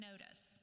Notice